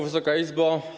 Wysoka Izbo!